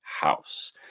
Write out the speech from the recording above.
house